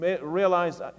realize